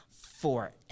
forever